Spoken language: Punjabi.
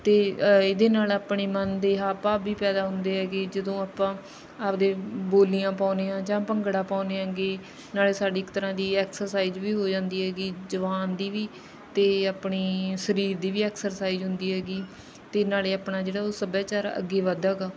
ਅਤੇ ਇਹਦੇ ਨਾਲ ਆਪਣੇ ਮਨ ਦੇ ਹਾਵ ਭਾਵ ਵੀ ਪੈਦਾ ਹੁੰਦੇ ਹੈ ਕਿ ਜਦੋਂ ਆਪਾਂ ਆਪਣੇ ਬੋਲੀਆਂ ਪਾਉਦੇ ਹਾਂ ਜਾਂ ਭੰਗੜਾ ਪਾਉਦੇ ਆਗੇ ਨਾਲੇ ਸਾਡੀ ਇੱਕ ਤਰ੍ਹਾਂ ਦੀ ਐਕਸਰਸਾਈਜ਼ ਵੀ ਹੋ ਜਾਂਦੀ ਹੈਗੀ ਜੁਬਾਨ ਦੀ ਵੀ ਅਤੇ ਆਪਣੀ ਸਰੀਰ ਦੀ ਵੀ ਐਕਸਰਸਾਈਜ਼ ਹੁੰਦੀ ਹੈਗੀ ਅਤੇ ਨਾਲੇ ਆਪਣਾ ਜਿਹੜਾ ਉਹ ਸੱਭਿਆਚਾਰ ਅੱਗੇ ਵੱਧਦਾ ਹੈਗਾ